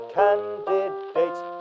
candidates